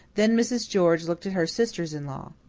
then mrs. george looked at her sisters-in-law.